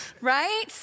right